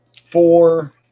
four